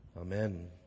Amen